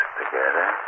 together